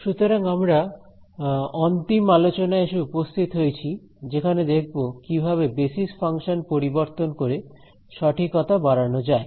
সুতরাং আমরা অন্তিম আলোচনায় এসে উপস্থিত হয়েছি যেখানে দেখব কিভাবে বেসিস ফাংশন পরিবর্তন করে সঠিকতা বাড়ানো যায়